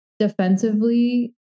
defensively